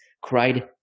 cried